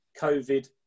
COVID